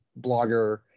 blogger